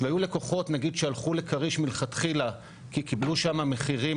שהיו לקוחות נגיד שהלכו לכריש מלכתחילה כי קיבלו שם מחירי